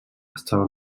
estava